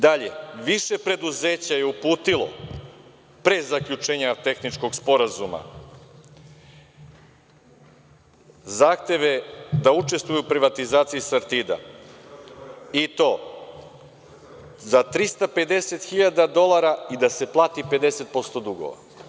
Dalje, više preduzeća je uputilo pre zaključenja tehničkog sporazuma, zahteve da učestvuju u privatizaciji „Sartida“ i to za 350 hiljada dolara i da se plati 50% dugova.